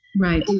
Right